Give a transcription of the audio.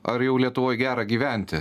ar jau lietuvoj gera gyventi